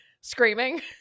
screaming